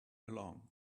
along